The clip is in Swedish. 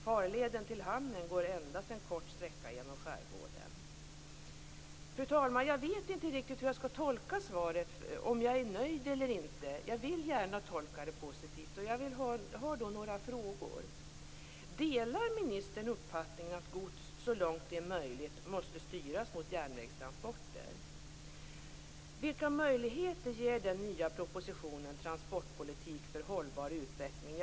Farleden till hamnen går endast en kort sträcka genom skärgården. Jag vet inte riktigt hur jag skall tolka svaret, om jag är nöjd eller inte. Jag vill gärna tolka det positivt, men jag har några frågor: Delar ministern uppfattningen att gods så långt det är möjligt måste styras mot järnvägstransporter? Vilka möjligheter ger den nya propositionen Transportpolitik för en hållbar utveckling?